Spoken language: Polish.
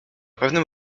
pewnym